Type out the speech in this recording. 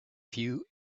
few